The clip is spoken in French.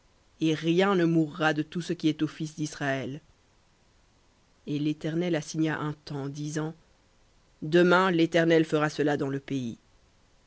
et rien ne mourra de tout ce qui est aux fils disraël et l'éternel assigna un temps disant demain l'éternel fera cela dans le pays